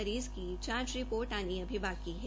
मरीज की जांच रिपोर्ट आनी अभी बाकी है